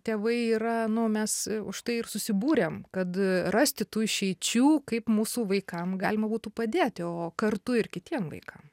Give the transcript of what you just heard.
tėvai yra nu mes už tai ir susibūrėm kad rasti tų išeičių kaip mūsų vaikam galima būtų padėti o kartu ir kitiem vaikam